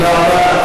תודה רבה.